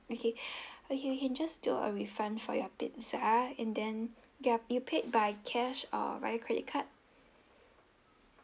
okay uh you can just do a refund for your pizza in then yup you paid by cash or via credit card